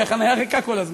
כי החניה ריקה כל הזמן.